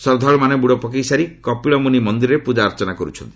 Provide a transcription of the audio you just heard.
ଶ୍ରଦ୍ଧାଳୁମାନେ ବୁଡ଼ ପକାଇ ସାରି କପିଳମୁନି ମନ୍ଦିରରେ ପ୍ରଜାର୍ଚ୍ଚନା କରୁଛନ୍ତି